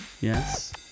Yes